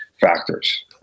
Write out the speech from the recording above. factors